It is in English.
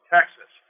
Texas